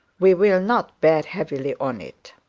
we will not bear heavily on it.